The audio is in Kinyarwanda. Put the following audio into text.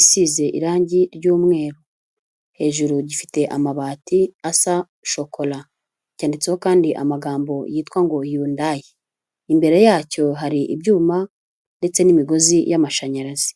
isize irangi ry'umweru. Hejuru gifite amabati asa shokora. Cyanditseho kandi amagambo yitwa ngo hunda yundayi imbere yacyo hari ibyuma ndetse n'imigozi y'amashanyarazi.